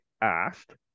asked